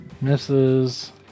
Misses